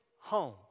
home